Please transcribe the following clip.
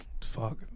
fuck